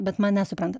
bet mane supranta